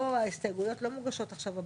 ההסתייגויות לא מוגשות עכשיו הבוקר.